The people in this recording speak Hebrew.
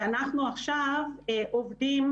ואנחנו עכשיו עובדים,